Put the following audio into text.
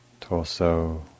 torso